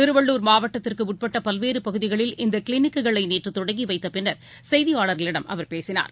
திருவள்ளுர் மாவட்டத்திற்குஉட்பட்டபல்வேறுபகுதிகளில் இந்தகிளினிக் களைநேற்றுதொடங்கிவைத்தபின்னர் செய்தியாளர்களிடம் அவர் பேசினார்